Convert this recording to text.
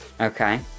Okay